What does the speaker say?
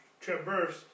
traverse